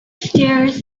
stairs